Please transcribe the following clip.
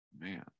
Man